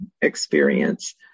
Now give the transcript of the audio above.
experience